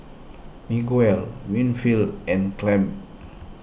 Miguel Winfield and Clabe